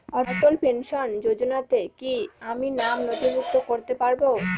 অটল pension যোজনাতে কি আমি নাম নথিভুক্ত করতে পারবো?